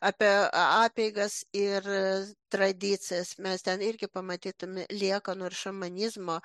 apie apeigas ir tradicijas mes ten irgi pamatytume liekanų ir šamanizmo